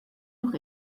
noch